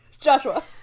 Joshua